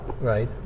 right